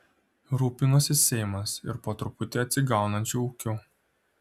rūpinosi seimas ir po truputį atsigaunančiu ūkiu